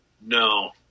No